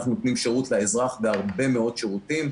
אנחנו נותנים שירות לאזרח בהרבה מאוד שירותים.